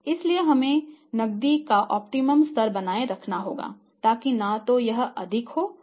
इसलिए हमें नकदी का ऑप्टिमम स्तर बनाए रखना होगा ताकि न तो यह अधिक हो और न ही यह कम हो